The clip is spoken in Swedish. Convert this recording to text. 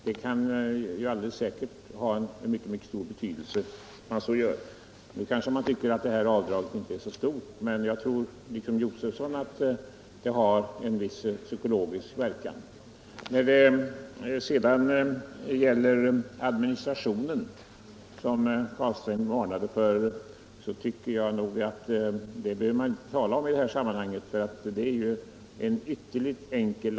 Det har säkert mycket stor betydelse att man gör så. Detta avdrag kanske inte är så stort, men liksom herr Josefson tror jag att det har en viss psykologisk verkan. Herr Carlstein varnade för administrationen, men jag tycker att man inte behöver tala om den i detta sammanhang eftersom den är ytterligt enkel.